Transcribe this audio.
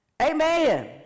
Amen